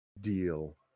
deal